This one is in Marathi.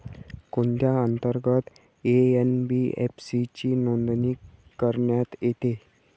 कोणत्या अंतर्गत एन.बी.एफ.सी ची नोंदणी करण्यात येते?